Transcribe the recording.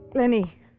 Lenny